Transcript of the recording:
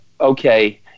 okay